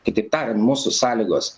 kitaip tariant mūsų sąlygos